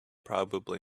probably